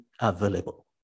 available